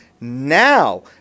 now